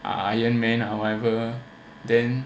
iron man or whatever then